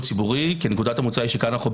ציבורי כי נקודת המוצא שכאן אנו בפלילי.